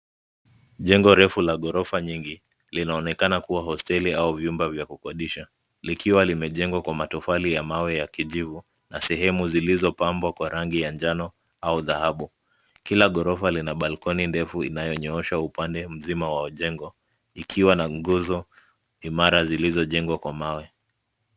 Jengo refu la ghorofa nyingi linaonekana kuwa hosteli au vyumba vya kukodisha likiwa limejengwa kwa matofali ya mawe ya kijivu na sehemu zilizopambwa kwa rangi ya njano au dhahabu. Kila ghorofa lina balcony ndefu inayonyoosha upande mzima wa jengo imiwa na nguzo imara zilizojengwa kwa mawe.